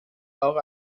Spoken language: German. auch